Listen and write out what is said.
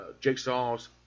Jigsaw's